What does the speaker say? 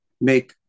make